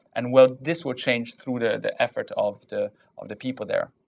and well, this will change through the the effort of the um the people there.